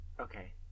Okay